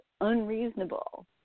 unreasonable